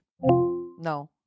No